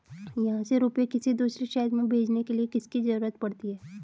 यहाँ से रुपये किसी दूसरे शहर में भेजने के लिए किसकी जरूरत पड़ती है?